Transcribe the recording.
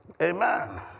Amen